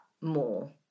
more